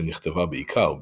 שנכתבה בעיקר בעברית.